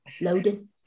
loading